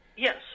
Yes